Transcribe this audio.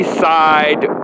side